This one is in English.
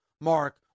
Mark